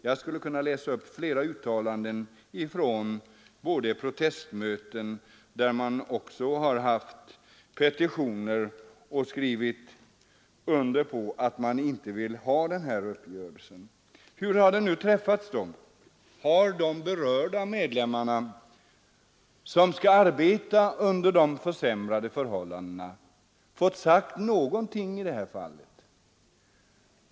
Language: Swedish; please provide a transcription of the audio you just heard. Jag skulle kunna läsa upp flera uttalanden från protestmöten, där man också skrivit under petitioner om att man inte vill ha denna uppgörelse. Hur har den nu träffats? Har de berörda medlemmarna, som skall arbeta under de försämrade förhållandena, fått säga någonting i det här fallet?